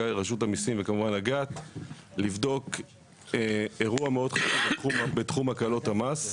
מרשות המיסים ומאג"ת לבדוק אירוע מאוד חשוב בתחום הקלות המס: